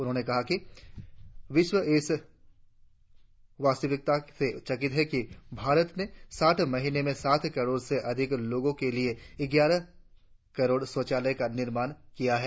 उन्होंने कहा कि विश्व इस वास्तविकता से चकित है कि भारत ने साठ महीनों में साठ करोड़ से अधिक लोगों के लिए ग्यारह करोड़ शौचालयों का निर्माण किया है